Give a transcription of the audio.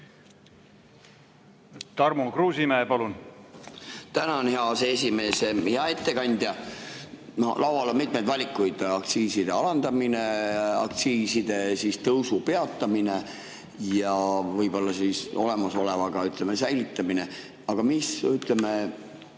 Tarmo Kruusimäe, palun! Tänan, hea aseesimees! Hea ettekandja! Laual on mitmeid valikuid: aktsiiside alandamine, aktsiiside tõusu peatamine ja võib-olla ka olemasoleva, ütleme, säilitamine. Aga laiemas